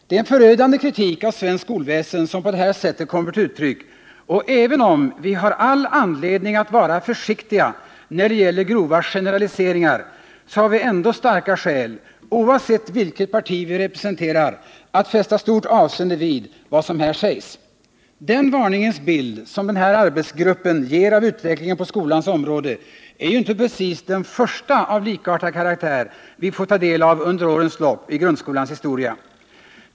Det är en förödande kritik av svenskt skolväsende som på det här sättet kommer till uttryck, och även om vi har all anledning att vara försiktiga när det gäller grova generaliseringar, har vi ändå starka skäl, oavsett vilket parti vi representerar, att fästa stort avseende vid vad som här sägs. Den varningens bild som den här arbetsgruppen ger av utvecklingen på skolans område är ju inte precis den första av likartad karaktär vi fått ta del av under årens lopp i grundskolans historia.